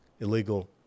illegal